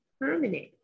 permanent